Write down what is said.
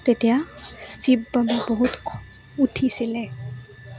তেতিয়া শিৱ বাবাৰ বহুত খং উঠিছিলে